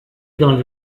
dans